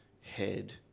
head